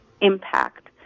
impact